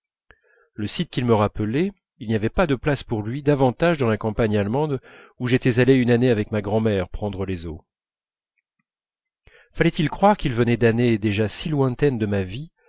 le site qu'ils me rappelaient il n'y avait pas de place pour lui davantage dans la campagne allemande où j'étais allé une année avec ma grand'mère prendre les eaux fallait-il croire qu'ils venaient d'années déjà si lointaines de ma vie